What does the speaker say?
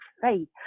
faith